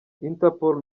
interpol